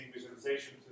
visualization